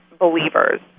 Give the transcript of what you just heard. believers